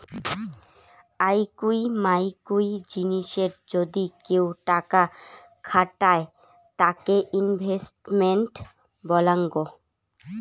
আকুই মাকুই জিনিসে যদি কেউ টাকা খাটায় তাকে ইনভেস্টমেন্ট বলাঙ্গ